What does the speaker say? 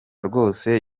rwose